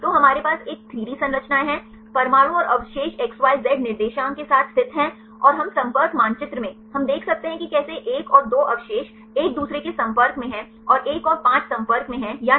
तो हमारे पास एक 3 डी संरचनाएं हैं परमाणु और अवशेष xyz निर्देशांक के साथ स्थित हैं और हम संपर्क मानचित्र में हम देख सकते हैं कि कैसे 1 और 2 अवशेष एक दूसरे के संपर्क में हैं 1 और 5 संपर्क में हैं या नहीं